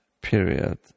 period